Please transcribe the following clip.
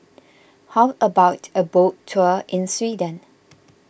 how about a boat tour in Sweden